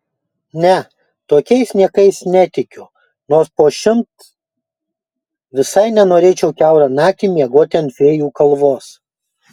ne tokiais niekais netikiu nors po šimtas visai nenorėčiau kiaurą naktį miegoti ant fėjų kalvos